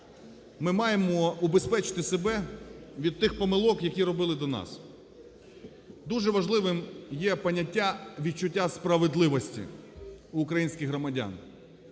ми маємо убезпечити себе від тих помилок, які робили до нас. Дуже важливим є поняття відчуття справедливості в українських громадян.